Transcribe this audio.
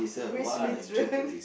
which litera~